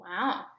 Wow